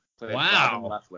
Wow